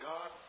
God